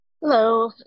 Hello